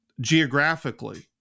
geographically